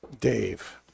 Dave